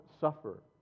suffer